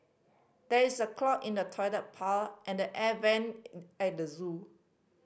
there is a clog in the toilet and the air vent at the zoo